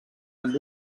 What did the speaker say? amb